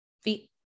feet